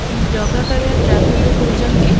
ଜଗା କାଳିଆ ଟ୍ରାଭେଲ୍ରୁ କହୁଛନ୍ତି